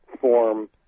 form